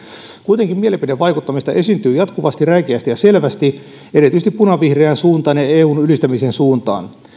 kuitenkin mielipidevaikuttamista esiintyy jatkuvasti räikeästi ja selvästi erityisesti punavihreään suuntaan ja eun ylistämisen suuntaan